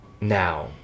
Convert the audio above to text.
now